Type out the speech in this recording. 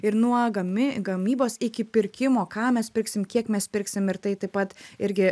ir nuo gami gamybos iki pirkimo ką mes pirksim kiek mes pirksim ir tai taip pat irgi